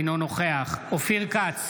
אינו נוכח אופיר כץ,